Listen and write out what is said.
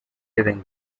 living